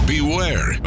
Beware